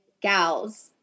gals